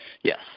Yes